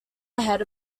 ahead